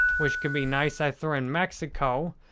which can be nice. i throw in mexico,